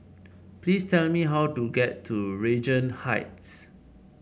please tell me how to get to Regent Heights